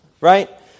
right